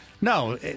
No